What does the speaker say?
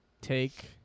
take